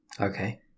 Okay